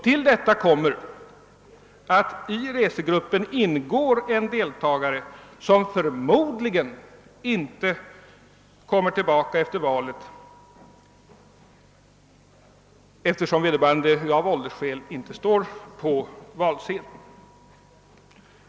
Till detta kommer att i resegruppen ingår en deltagare som förmodligen inte återvänder till riksdagen efter valet, eftersom vederbörande av åldersskäl inte står på valsedeln.